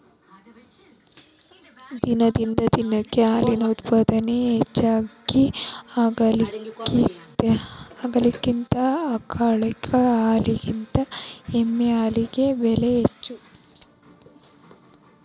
ದಿನದಿಂದ ದಿನಕ್ಕ ಹಾಲಿನ ಉತ್ಪಾದನೆ ಹೆಚಗಿ ಆಗಾಕತ್ತತಿ ಆಕಳ ಹಾಲಿನಕಿಂತ ಎಮ್ಮಿ ಹಾಲಿಗೆ ಬೆಲೆ ಹೆಚ್ಚ